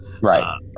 Right